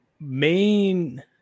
main